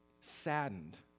saddened